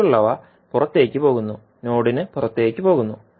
മറ്റുള്ളവ പുറത്തേക്ക് പോകുന്നു നോഡിന് പുറത്തേക്ക് പോകുന്നു